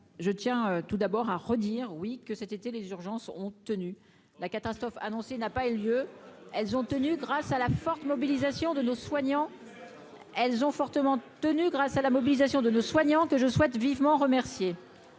je tiens tout d'abord à redire oui que cet été, les urgences ont tenu la catastrophe annoncée n'a pas eu lieu, elles ont tenu grâce à la forte mobilisation de nos soignants, elles ont fortement tenu grâce à la mobilisation de nos soignants que je souhaite vivement remercié